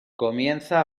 comienza